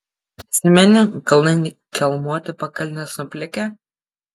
prisimeni kalnai kelmuoti pakalnės nuplikę